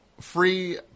free